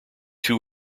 two